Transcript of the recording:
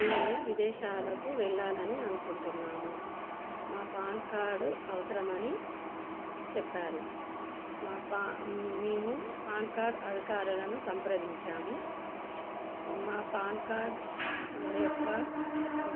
మేము విదేశాలకు వెళ్ళాలని అనుకుంటున్నాము మా పాన్ కార్డ్ అవసరమని చెప్పారు మా పాన్ మేము పాన్ కార్డ్ అధికారులను సంప్రదించాము మా పాన్ కార్డ్ యొక్క